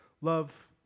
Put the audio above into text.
Love